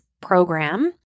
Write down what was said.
program